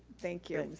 thank you.